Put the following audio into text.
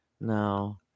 No